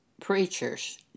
preachers